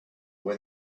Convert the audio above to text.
when